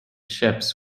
ships